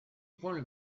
point